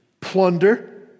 plunder